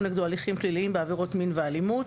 נגדו הליכים פליליים בעבירות מין ואלימות